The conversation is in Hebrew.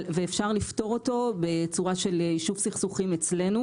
ואפשר לפתור אותו בצורה של יישוב סכסוכים אצלנו